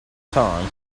time